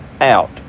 out